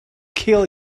kill